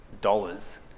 dollars